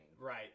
right